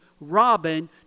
Robin